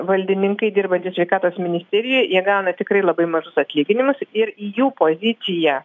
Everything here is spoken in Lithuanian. valdininkai dirbantys sveikatos ministerijoj jie gauna tikrai labai mažus atlyginimus ir į jų poziciją